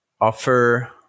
offer